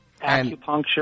Acupuncture